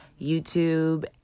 YouTube